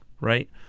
right